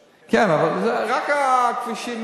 כן, אבל אני מדבר רק על כביש,